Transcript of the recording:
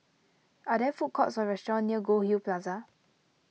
are there food courts or restaurants near Goldhill Plaza